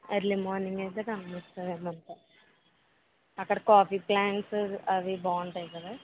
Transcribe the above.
early morning అయితే కనిపిస్తుందేమో అక్కడ కాఫీ ప్లాంట్స్ అవి బాగుంటాయి కదా